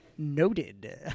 Noted